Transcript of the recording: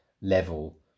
level